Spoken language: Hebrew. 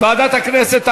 ועדת הכנסת.